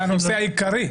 זה הנושא העיקרי.